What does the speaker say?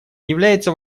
является